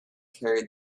carried